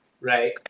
right